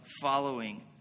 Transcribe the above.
following